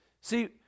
See